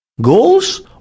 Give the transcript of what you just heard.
Goals